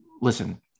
Listen